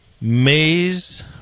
Maze